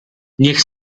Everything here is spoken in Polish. niech